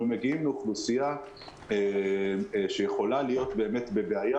אנחנו מגיעים לאוכלוסייה שיכולה להיות באמת בבעיה